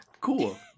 cool